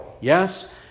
yes